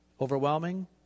Overwhelming